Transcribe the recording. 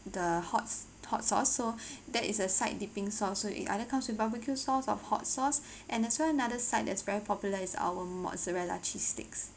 the hot hot sauce so that is a site dipping sauce so it either comes with barbecue sauce or hot sauce and that's why another site that's very popular is our mozzarella cheese sticks